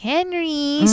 Henry